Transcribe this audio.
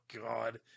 God